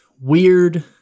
weird